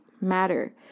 matter